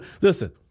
listen